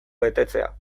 betetzea